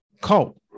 cult